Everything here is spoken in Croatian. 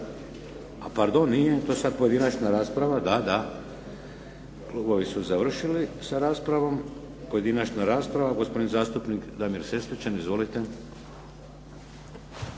a pardon nije, to je sada pojedinačna rasprava, da, da, klubovi su završili sa raspravom, pojedinačna rasprava, gospodin zastupnik Damir Sesvečan, izvolite.